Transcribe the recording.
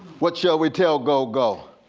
what shall we tell gogo?